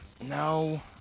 No